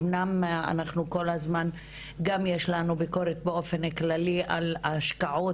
אמנם אנחנו כל הזמן גם יש לנו ביקורת באופן כללי על ההשקעות